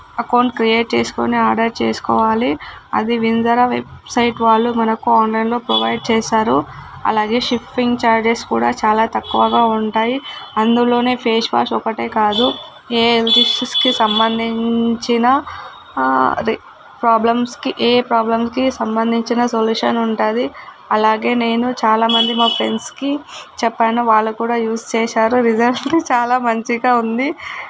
account create చేసుకుని order చేసుకోవాలి అది వింజరా వెబ్సైట్ వాళ్ళు మనకు ఆన్లైన్లో ప్రొవైడ్ చేశారు అలాగే షిప్పింగ్ చార్జెస్ కూడా చాలా తక్కువగా ఉంటాయి అందులో ఫేస్ వాష్ ఒకటే కాదు ఏ హెల్త్ ఇష్యూస్కి సంబంధించిన ప్రోబ్లమ్స్కి ఏ ప్రోబ్లంకి సంబంధించిన సొల్యూషన్ ఉంటుంది అలాగే నేను చాలామంది మా ఫ్రెండ్స్కి చెప్పాను వాళ్ళు కూడా యూస్ చేశారు రిసల్ట్ చాలా మంచిగా ఉంది